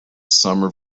summer